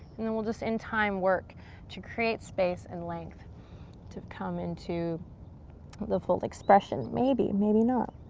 and then we'll just in time work to create space and length to come into the full expression. maybe, maybe not.